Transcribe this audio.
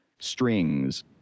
strings